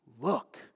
look